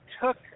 took